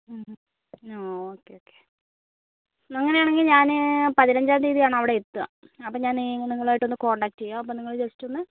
okay okay എന്നാൽ അങ്ങനെയാണെങ്കിൽ ഞാൻ പതിനഞ്ചാം തീയ്യതി ആണവിടെ എത്തുക അപ്പോൾ ഞാൻ നിങ്ങളുമയിട്ടൊന്ന് കോൺടാക്റ്റ് ചെയ്യാം അപ്പോൾ നിങ്ങൾ ജസ്റ്റ് ഒന്ന്